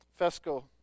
Fesco